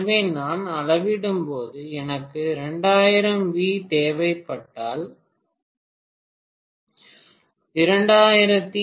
எனவே நான் அளவிடும்போது எனக்கு 2000 வி தேவைப்பட்டால் 2400 வி பெறுகிறேன்